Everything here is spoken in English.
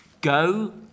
go